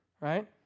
Right